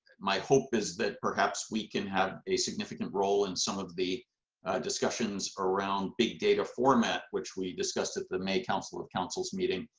my hope is that we can have a significant role in some of the discussions around big data format, which we discussed at the may council of councils meeting.